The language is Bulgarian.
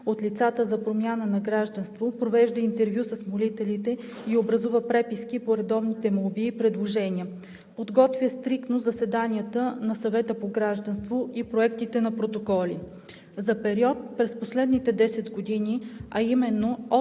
от лицата за промяна на гражданство, провежда интервю с молителите и образува преписки по редовните молби и предложения, подготвя стриктно заседанията на Съвета по гражданство и проектите на протоколи. За период през последните десет години, а именно от